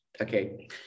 okay